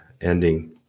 ending